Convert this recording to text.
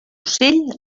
ocell